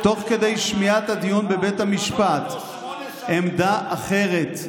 -- תוך כדי שמיעת הדיון בבית המשפט, עמדה אחרת.